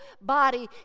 body